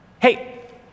Hey